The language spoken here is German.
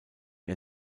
ihr